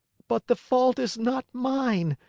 but the fault is not mine.